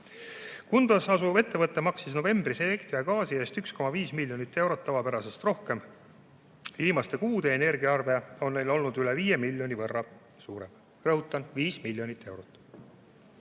Kundas asuv ettevõte maksis novembris elektri ja gaasi eest 1,5 miljonit eurot tavapärasest rohkem. Viimaste kuude energiaarve on neil olnud üle viie miljoni võrra suurem. Rõhutan: viis miljonit eurot.